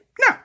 No